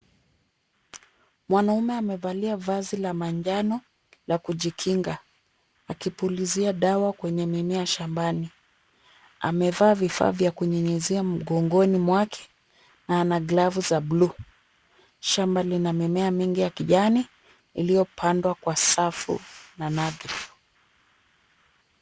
Mwanamme amevalia vazi la manjano la kujikinga akipulizia dawa kwenye mimea shambani , amevaa vifaa vya kunyunyizia mgongoni mwake na ana glavu za blue (cs), shamba Lina mimea mingi ya kijani iliyopandwa kwa safu na nadhfu